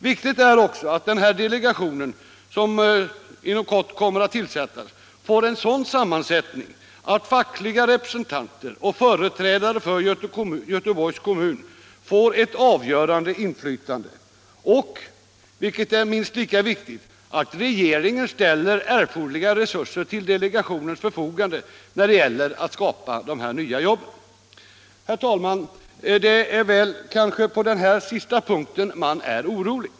Viktigt är också att den delegation som inom kort kommer att tillsättas får en sådan sammansättning att de fackliga representanterna och företrädare för Göteborgs kommun har ett avgörande inflytande. Minst lika viktigt är att regeringen ställer erforderliga resurser till delegationens förfogande när det gäller att skapa dessa nya jobb. Herr talman! Det är kanske på den sista punkten man är orolig.